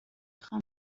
خوام